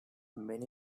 many